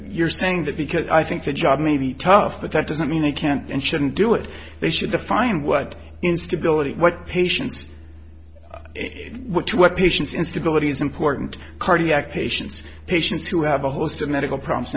you're saying that because i think the job may be tough but that doesn't mean they can't and shouldn't do it they should define what instability what patients what to what patients instabilities important cardiac patients patients who have a host of medical problems